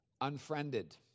unfriended